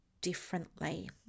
differently